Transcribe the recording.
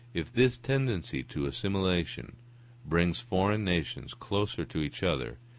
if this tendency to assimilation brings foreign nations closer to each other,